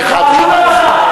אני אומר לך,